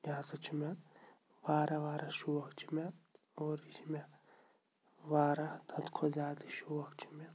یہِ ہسا چھُ مےٚ واراہ واراہ شوق چھُ مےٚ اور یہِ چھِ مےٚ واراہ حدٕ کھۄتہٕ زیادٕ شوق چھُ مےٚ